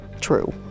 true